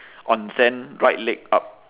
on sand right leg up